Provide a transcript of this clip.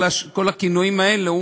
כל הכינויים האלה,